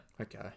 Okay